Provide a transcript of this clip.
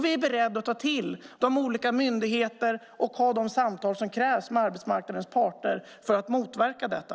Vi är beredda att vända oss till olika myndigheter och ha de samtal som krävs med arbetsmarknadens parter för att motverka detta.